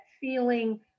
feeling